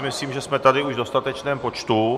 Myslím si, že jsme tady už v dostatečném počtu.